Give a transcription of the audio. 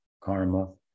karma